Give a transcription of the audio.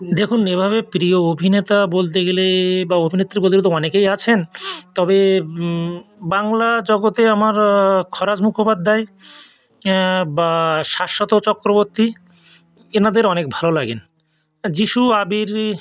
দেখুন এভাবে প্রিয় অভিনেতা বলতে গেলে বা অভিনেত্রী বলতে গেলে তো অনেকেই আছেন তবে বাংলা জগতে আমার খরাজ মুখোপাধ্যায় বা শাশ্বত চক্রবর্তী এনাদের অনেক ভালো লাগে যিশু আবির